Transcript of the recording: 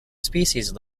species